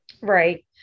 Right